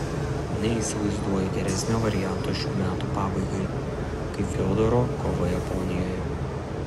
neįsivaizduoju geresnio varianto šių metų pabaigai kaip fiodoro kova japonijoje